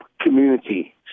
Community